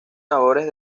labores